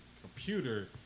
computer